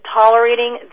tolerating